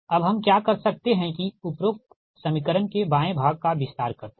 अब हम क्या कर सकते हैं कि उपरोक्त समीकरण के बाएँ भाग का विस्तार करते हैं